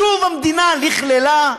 שוב המדינה לכלכה?